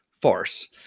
farce